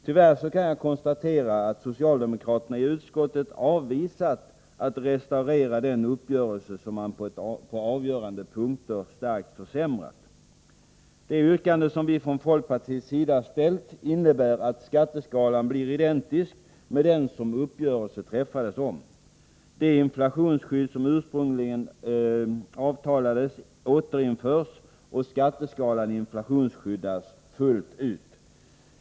Tyvärr kan jag konstatera att socialdemokraterna i utskottet avvisat att restaurera den uppgörelse som man på avgörande punkter starkt försämrat. De yrkanden som vi från folkpartiets sida framställt innebär att skatteskalan blir identisk med den som uppgörelse träffades om. Det inflationsskydd som ursprungligen avtalades återinförs och skatteskalan inflationsskyddas fullt ut.